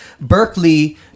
Berkeley